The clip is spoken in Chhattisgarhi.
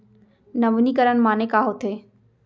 नवीनीकरण माने का होथे?